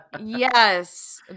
yes